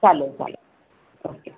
चालेल चालेल ओके